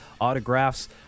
autographs